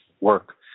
work